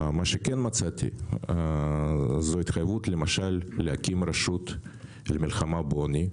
מה שכן מצאתי זה אחריות למשל להקים רשות למלחמה בעוני,